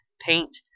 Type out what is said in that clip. paint